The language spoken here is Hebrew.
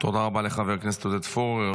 תודה רבה לחבר הכנסת עודד פורר.